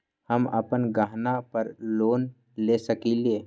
हम अपन गहना पर लोन ले सकील?